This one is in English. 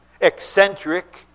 eccentric